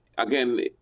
Again